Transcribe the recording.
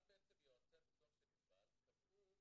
אז יועצי הביטוח של ענבל קבעו